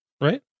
Right